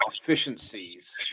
efficiencies